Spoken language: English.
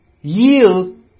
yield